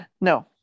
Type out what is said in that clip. No